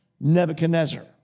Nebuchadnezzar